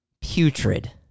putrid